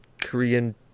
Korean